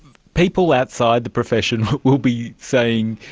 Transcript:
people outside the profession will be saying,